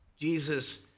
Jesus